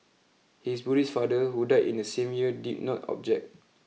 his Buddhist father who died in the same year did not object